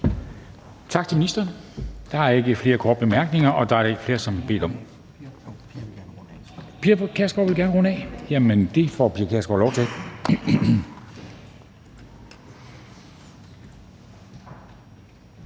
Tak til ministeren. Der er ikke flere korte bemærkninger, men Pia Kjærsgaard vil gerne runde af, og det får Pia Kjærsgaard lov til.